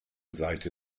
seite